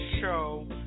show